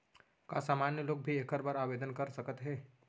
का सामान्य लोग भी एखर बर आवदेन कर सकत हे?